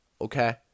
okay